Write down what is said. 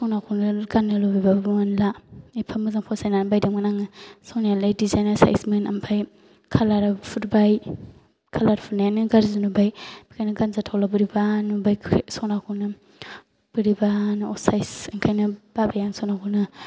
सनाखौनो गाननो लुबैबाबो मोनला एफा मोजां फसायनानै बायदोंमोन आङो सनायालाय दिजाइन आ साइसमोन ओमफ्राय कालार आबो फुरबाय कालार फुरनायानो गाज्रि नुबाय बेनिखायनो गानजाथावला बोरैबा नुबाय सनाखौनो बोरैबानो असाइस बेनिखायनो बाबाय आं सनाखौनो